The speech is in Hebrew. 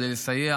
כדי לסייע